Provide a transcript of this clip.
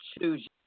choose